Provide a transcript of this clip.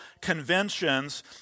conventions